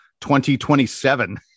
2027